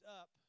up